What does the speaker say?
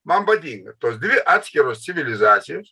man patinka tos dvi atskiros civilizacijos